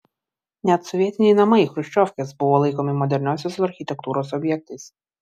net sovietiniai namai chruščiovkės buvo laikomi moderniosios architektūros objektais